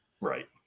right